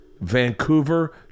Vancouver